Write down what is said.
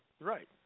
Right